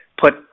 put